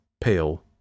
pale